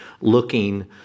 looking